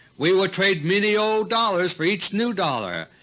we will trade many old dollars for each new dollar,